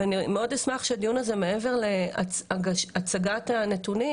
ואני מאד אשמח שהדיון הזה מעבר להצגת הנתונים,